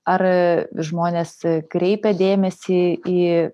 ar žmonės kreipia dėmesį į